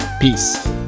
Peace